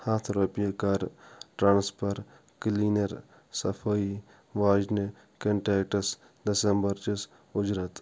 ہَتھ رۄپیہِ کَر ٹرانسفر کٔلینر صفٲیی واجنہِ کنٹیکٹَس دَسمبرٕچِس اُجرت